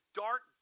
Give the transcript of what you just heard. dark